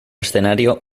escenario